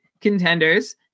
contenders